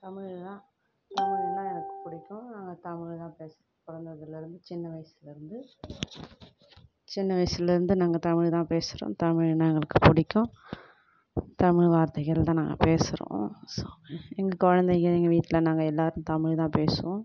தமிழ் தான் தமிழ்ன்னா எனக்கு பிடிக்கும் நாங்கள் தமிழ் தான் பேசு பிறந்ததுலேந்து சின்ன வயசுலர்ந்து சின்ன வயசுலந்து நாங்கள் தமிழ் தான் பேசுகிறோம் தமிழ்ன்னா எங்களுக்கு பிடிக்கும் தமிழ் வார்த்தைகள் தான் நாங்கள் பேசுகிறோம் ஸோ எங்கள் குழந்தைங்க எங்கள் வீட்டில் நாங்கள் எல்லாரும் தமிழ் தான் பேசுவோம்